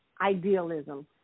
idealism